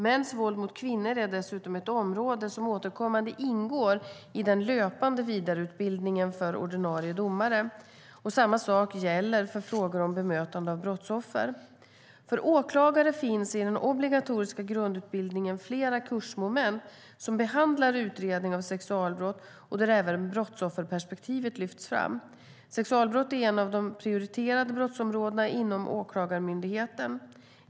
Mäns våld mot kvinnor är dessutom ett område som återkommande ingår i den löpande vidareutbildningen för ordinarie domare. Samma sak gäller för frågor om bemötande av brottsoffer. För åklagare finns i den obligatoriska grundutbildningen flera kursmoment som behandlar utredning av sexualbrott och där även brottsofferperspektivet lyfts fram. Sexualbrott är ett av de prioriterade brottsområdena inom Åklagarmyndigheten.